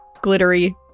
glittery